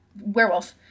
werewolf